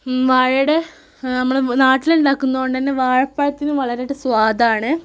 വാഴയുടെ നമ്മുടെ നാട്ടിലുണ്ടാക്കുന്നുണ്ടന്നെ വാഴപ്പഴത്തിന് വളരായിട്ട് സ്വാദാണ്